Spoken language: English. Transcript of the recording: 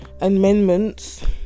amendments